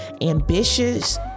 ambitious